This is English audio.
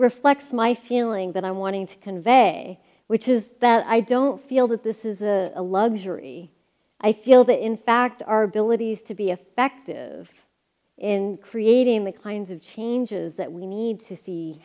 reflects my feeling that i wanted to convey which is that i don't feel that this is a luxury i feel that in fact our abilities to be effective in creating the kinds of changes that we need to see